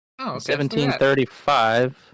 1735